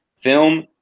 film